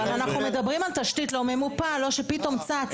מדברים על תשתית לא ממופה, שפתאום צצה.